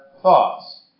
thoughts